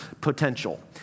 potential